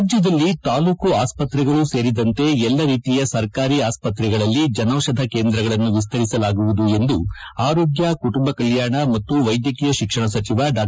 ರಾಜ್ಯದಲ್ಲಿ ತಾಲೂಕು ಆಸ್ತ್ರೆಗಳು ಸೇರಿದಂತೆ ಎಲ್ಲ ರೀತಿಯ ಸರ್ಕಾರಿ ಆಸ್ತ್ರೆಗಳಲ್ಲಿ ಜನೌಷಧಿ ಕೇಂದ್ರಗಳನ್ನು ವಿಸ್ತರಿಸಲಾಗುವುದು ಎಂದು ಆರೋಗ್ಕ ಕುಟುಯ ಕಲ್ಕಾಣ ಮತ್ತು ವೈದ್ಯಕೀಯ ಶಿಕ್ಷಣ ಸಚಿವ ಡಾ